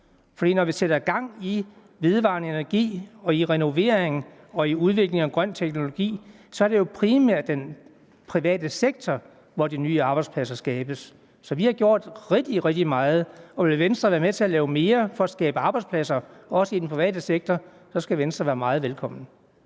For når vi sætter gang i vedvarende energi og i renovering og i udvikling af grøn teknologi, er det jo primært den private sektor, de nye arbejdspladser skabes i. Så vi har gjort rigtig, rigtig meget. Vil Venstre være med til at lave mere for at skabe arbejdspladser også i den private sektor, skal Venstre være meget velkommen.